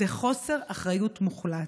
זה חוסר אחריות מוחלט.